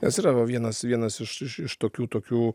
nes yra va vienas vienas iš iš tokių tokių